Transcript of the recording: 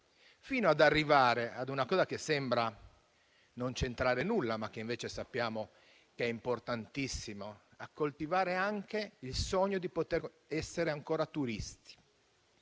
fino ad arrivare a una cosa che sembra non c'entrare nulla, ma che invece sappiamo essere importantissima, cioè coltivare il sogno di poter essere ancora turisti.